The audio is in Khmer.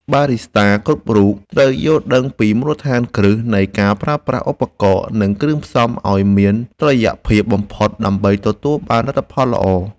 បារីស្តាគ្រប់រូបត្រូវយល់ដឹងពីមូលដ្ឋានគ្រឹះនៃការប្រើប្រាស់ឧបករណ៍ និងគ្រឿងផ្សំឱ្យមានតុល្យភាពបំផុត ដើម្បីទទួលបានលទ្ធផលល្អ។